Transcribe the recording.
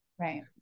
Right